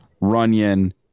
Runyon